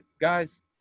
guys